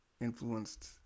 influenced